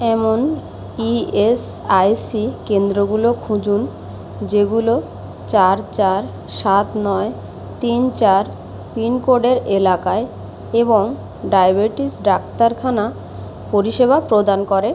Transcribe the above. এমন ইএসআইসি কেন্দ্রগুলো খুঁজুন যেগুলো চার চার সাত নয় তিন চার পিনকোডের এলাকায় এবং ডায়বেটিস ডাক্তারখানা পরিষেবা প্রদান করে